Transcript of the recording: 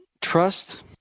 trust